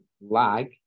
Lag